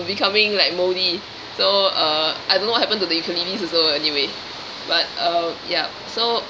becoming like moldy so uh I don't know what happen to the ukuleles also anyway but uh ya so